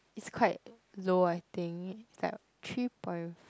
is quite low I think about three point